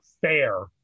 fair